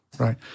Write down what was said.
Right